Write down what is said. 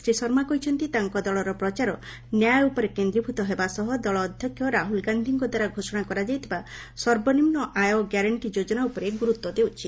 ଶ୍ରୀ ଶର୍ମା କହିଛି ତାଙ୍କ ଦଳର ପ୍ରଚାର 'ନ୍ୟାୟ' ଉପରେ କେନ୍ଦ୍ରୀଭୂତ ହେବା ସହ ଦଳ ଅଧ୍ୟକ୍ଷ ରାହ୍ରଲ୍ ଗାନ୍ଧିଙ୍କଦ୍ୱାରା ଘୋଷଣା କରାଯାଇଥିବା ସର୍ବନିମୁ ଆୟ ଗ୍ୟାରେଣ୍ଟି ଯୋଜନା ଉପରେ ଗୁରୁତ୍ୱ ଦେଉଛି